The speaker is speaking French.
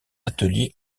atelier